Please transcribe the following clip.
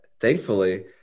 thankfully